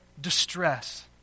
distress